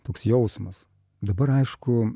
toks jausmas dabar aišku